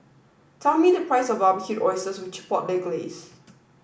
tell me the price of Barbecued Oysters with Chipotle Glaze